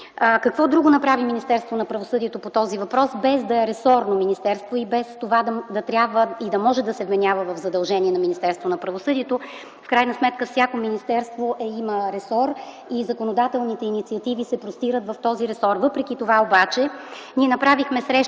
Какво друго направи Министерството на правосъдието по този въпрос без да е ресорно министерство и без това да трябва и да може да му се вменява като задължение? В крайна сметка всяко министерство има ресор и законодателните инициативи се простират в него. Въпреки това обаче ние направихме среща